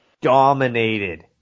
Dominated